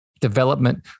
development